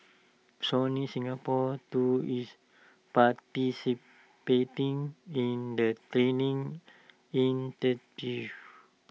Sony Singapore too is participating in the training initiative